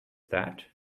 that